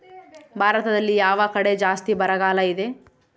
ಭಾರತದಲ್ಲಿ ಯಾವ ಕಡೆ ಜಾಸ್ತಿ ಬರಗಾಲ ಇದೆ?